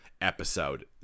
episode